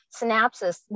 synapses